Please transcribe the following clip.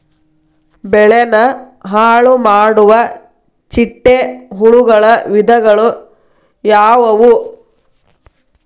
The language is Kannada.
ಬೆಳೆನ ಹಾಳುಮಾಡುವ ಚಿಟ್ಟೆ ಹುಳುಗಳ ವಿಧಗಳು ಯಾವವು?